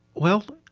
well,